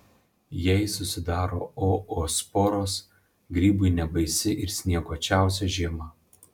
jei susidaro oosporos grybui nebaisi ir snieguočiausia žiema